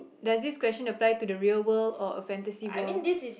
does this question apply to the real world or a fantasy world